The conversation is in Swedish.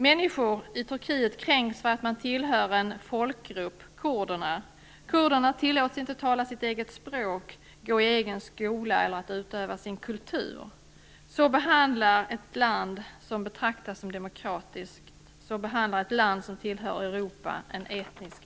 Människor i Turkiet kränks för att de tillhör en folkgrupp - kurderna. De tillåts inte tala sitt eget språk, gå i egen skola eller utöva sin kultur. Så behandlas en etnisk minoritet i ett land som betraktas som demokratiskt och som tillhör Europa.